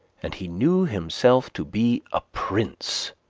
and he knew himself to be a prince.